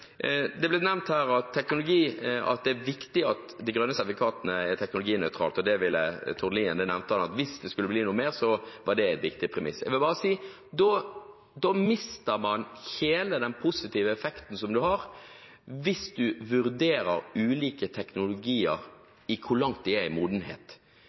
det ble nevnt her at det er viktig at de grønne sertifikatene er teknologinøytrale, og i den forbindelse nevnte Tord Lien at hvis det skulle bli noe mer, var det et viktig premiss. Så vil jeg bare si at man mister hele den positive effekten som man har, hvis man vurderer ulike teknologier etter hvor langt de er kommet i modenhet.